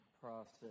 process